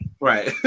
Right